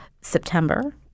September